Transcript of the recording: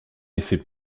effet